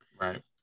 Right